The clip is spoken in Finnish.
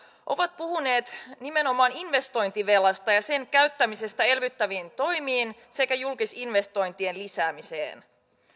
ovat puhuneet nimenomaan investointivelasta ja sen käyttämisestä elvyttäviin toimiin sekä julkisinvestointien lisäämiseen